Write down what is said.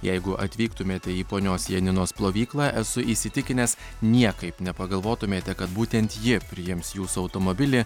jeigu atvyktumėte į ponios janinos plovyklą esu įsitikinęs niekaip nepagalvotumėte kad būtent ji priims jūsų automobilį